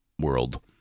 world